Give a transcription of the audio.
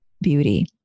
beauty